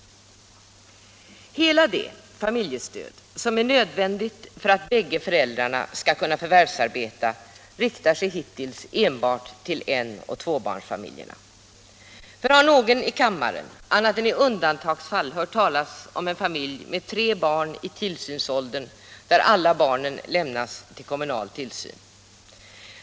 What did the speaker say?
Allmänpolitisk debatt 7n Allmänpolitisk debatt nN Hela det familjestöd som är nödvändigt för att bägge föräldrarna skall kunna förvärvsarbeta riktar sig enbart till en och tvåbarnsfamiljerna. Har någon i kammaren annat än i undantagsfall hört talas om en familj med tre barn i tillsynsåldern där alla barnen lämnas till kommunal tillsyn?